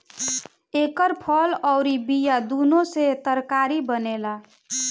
एकर फल अउर बिया दूनो से तरकारी बनेला